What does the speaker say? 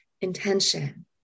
intention